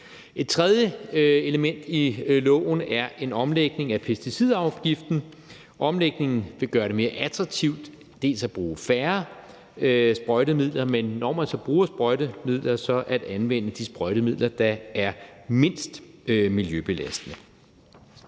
Et tredje element i loven er en omlægning af pesticidafgiften. Omlægningen vil gøre det mere attraktivt dels at bruge færre sprøjtemidler, dels at anvende de sprøjtemidler, der er mindst miljøbelastende,